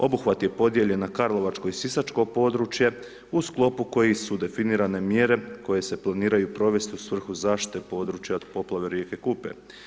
Obuhvat je podijeljen na karlovačko i sisačko područje u sklopu kojih su definirane mjere koje se planiraju provesti u svrhu zaštite područja od poplave rijeke Kupe.